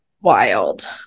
wild